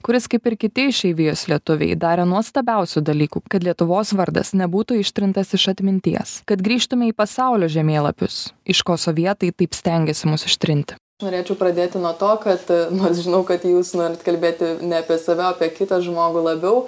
kuris kaip ir kiti išeivijos lietuviai darė nuostabiausių dalykų kad lietuvos vardas nebūtų ištrintas iš atminties kad grįžtumėme į pasaulio žemėlapius iš ko sovietai taip stengėsi mus ištrinti norėčiau pradėti nuo to kad nors žinau kad jūs norite kalbėti ne apie save o apie kitą žmogų labiau